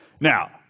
Now